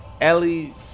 Ellie